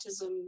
Autism